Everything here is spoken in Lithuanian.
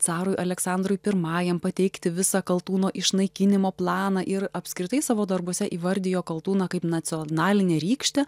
carui aleksandrui pirmajam pateikti visą kaltūno išnaikinimo planą ir apskritai savo darbuose įvardijo kaltūną kaip nacionaline rykšte